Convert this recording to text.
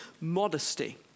modesty